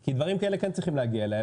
כי דברים כאלה כן צריכים להגיע אליה.